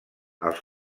els